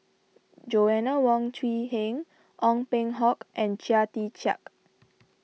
Joanna Wong Quee Heng Ong Peng Hock and Chia Tee Chiak